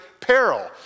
peril